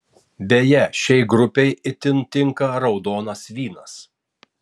beje šiai grupei itin tinka raudonas vynas